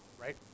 right